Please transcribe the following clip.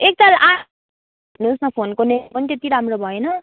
एकताल आ फोनको नेटवर्क पनि त्यति राम्रो भएन